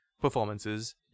performances